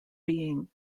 being